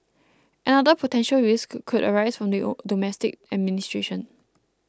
another potential risk could arise from the domestic administration